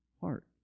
heart